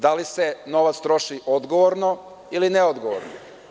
Da li se novac troši odgovorno ili neodgovorno?